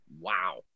Wow